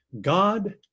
God